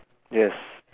yes